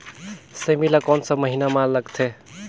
सेमी ला कोन सा महीन मां लगथे?